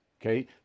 Okay